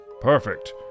Perfect